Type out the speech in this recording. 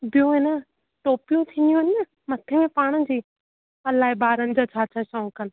ॿियो आहे न टोपियूं थींदियूं आहिनि न मथे जी पाइण जी अलाए ॿारनि जा छा छा शौंक़ु आहिनि